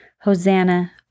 Hosanna